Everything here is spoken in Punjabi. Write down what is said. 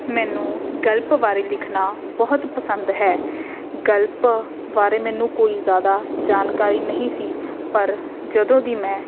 ਮੈਨੂੰ ਗਲਪ ਬਾਰੇ ਲਿਖਣਾ ਬਹੁਤ ਪਸੰਦ ਹੈ ਗਲਪ ਬਾਰੇ ਮੈਨੂੰ ਕੋਈ ਜ਼ਿਆਦਾ ਜਾਣਕਾਰੀ ਨਹੀਂ ਸੀ ਪਰ ਜਦੋਂ ਦੀ ਮੈਂ